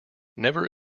never